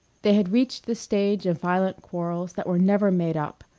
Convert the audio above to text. they had reached the stage of violent quarrels that were never made up,